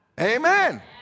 Amen